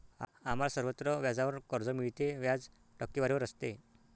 आम्हाला सर्वत्र व्याजावर कर्ज मिळते, व्याज टक्केवारीवर असते